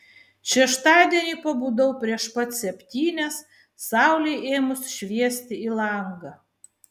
šeštadienį pabudau prieš pat septynias saulei ėmus šviesti į langą